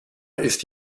ist